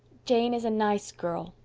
jane is a nice girl,